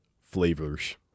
flavors